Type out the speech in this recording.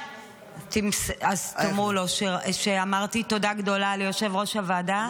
אז תאמרו לו שאמרתי תודה גדולה ליושב-ראש הוועדה.